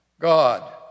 God